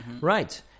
Right